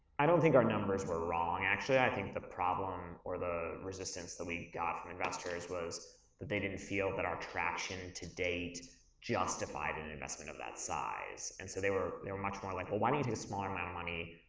i don't think our numbers were wrong, actually. i think the problem, or the resistance that we got from investors was that they didn't feel that our traction to-date justified and an investment of that size. and so they were they were much more like, well, why don't you take a smaller amount of money,